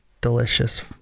delicious